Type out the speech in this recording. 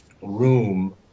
room